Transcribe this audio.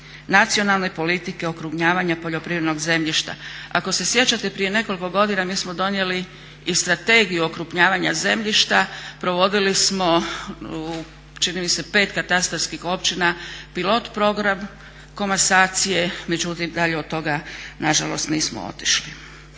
nacionalne politike okrupnjavanja poljoprivrednog zemljišta. Ako se sjećate prije nekoliko godina mi smo donijeli i Strategiju okrupnjavanja zemljišta, provodili smo u čini mi se 5 katastarskih općina pilot program komasacije međutim, dalje od toga nažalost nismo otišli.